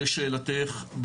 לשאלתך,